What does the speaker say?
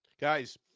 guys